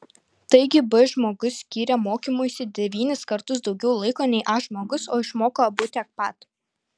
taigi b žmogus skyrė mokymuisi devynis kartus daugiau laiko nei a žmogus o išmoko abu tiek pat